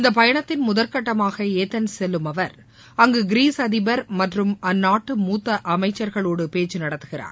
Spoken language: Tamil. இந்த பயணத்தின் முதற்கட்டமாக ஏதென்ஸ் செல்லும் அவர் அங்கு கிரீஸ் அதிபர் மற்றும் அந்நாட்டு மூத்த அமைச்சர்களோடு பேச்சு நடத்துகிறார்